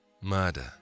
Murder